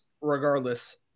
regardless